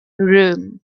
room